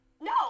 No